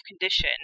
condition